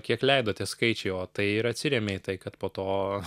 kiek leido tie skaičiai o tai ir atsirėmė į tai kad po to